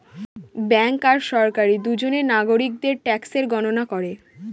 bank আর সরকারি দুজনে নাগরিকদের ট্যাক্সের গণনা করে